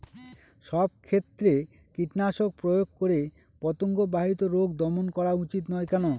সব ক্ষেত্রে কীটনাশক প্রয়োগ করে পতঙ্গ বাহিত রোগ দমন করা উচিৎ নয় কেন?